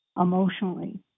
emotionally